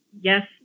Yes